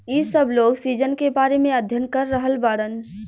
इ सब लोग सीजन के बारे में अध्ययन कर रहल बाड़न